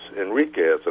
Enriquez